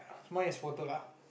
mine is photo lah